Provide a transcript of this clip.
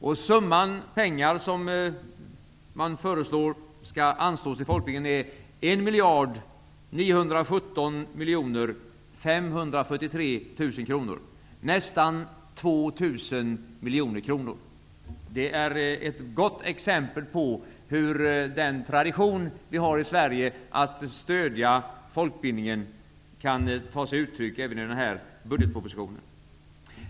Den summa pengar som man föreslår skall anslås till folkbildningen är Det är ett gott exempel på hur den tradition att stödja folkbildningen som vi har i Sverige kan ta sig uttryck även i den här budgetpropositionen.